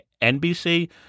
NBC